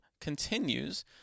continues